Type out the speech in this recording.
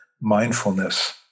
mindfulness